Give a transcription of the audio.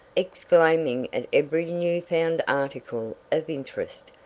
exclaiming at every new found article of interest.